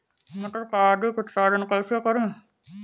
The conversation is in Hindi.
मटर का अधिक उत्पादन कैसे करें?